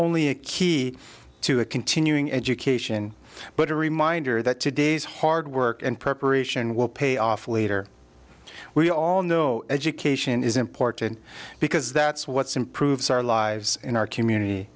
only a key to a continuing education but a reminder that today's hard work and preparation will pay off later we all know education is important because that's what's improves our lives in our community